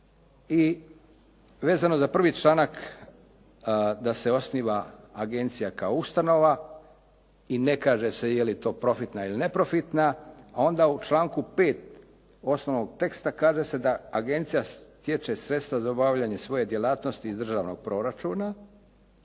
I vezano za 1. članak da se osniva agencija kao ustanova i ne kaže se je li to profitna ili neprofitna, a onda u članku 5. osnovnog teksta kaže se da agencija stječe sredstva za obavljanje svoje djelatnosti iz državnog proračuna,